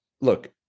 look